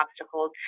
obstacles